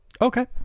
Okay